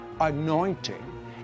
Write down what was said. anointing